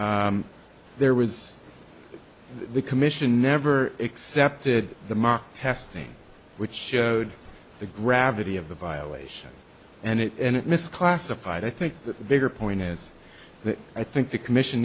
there was the commission never accepted the mark testing which showed the gravity of the violation and it and it misclassified i think the bigger point is that i think the commission